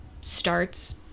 starts